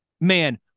Man